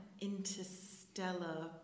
interstellar